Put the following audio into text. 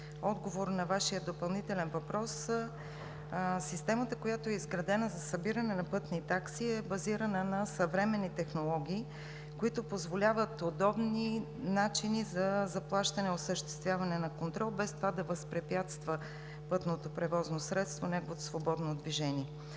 отговор на Вашия допълнителен въпрос – системата, която е изградена за събиране на пътни такси, е базирана на съвременни технологии, които позволяват удобни начини за заплащане и осъществяване на контрол, без това да възпрепятства пътното превозно средство и неговото свободно движение.